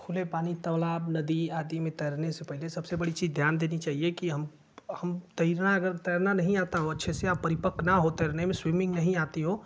खुले पानी तालाब नदी आदि में तैरने से पहले सबसे बड़ी चीज़ ध्यान देनी चाहिए कि हम हम तैरना अगर तैरना नहीं आता हो अच्छे से परिपक्व न हों तैरने में स्विमिन्ग नहीं आती हो